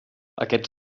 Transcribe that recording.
aquests